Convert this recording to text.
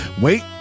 Wait